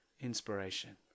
inspiration